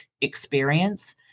experience